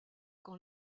quand